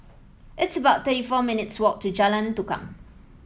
it's about thirty four minutes' walk to Jalan Tukang